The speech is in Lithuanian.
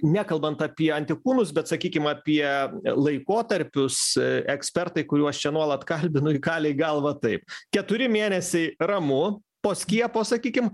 nekalbant apie antikūnus bet sakykim apie laikotarpius ekspertai kuriuos čia nuolat kalbinu įkalę į galvą taip keturi mėnesiai ramu po skiepo sakykim